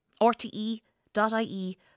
rte.ie